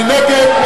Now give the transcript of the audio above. מי נגד?